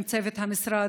עם צוות המשרד,